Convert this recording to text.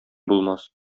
булмас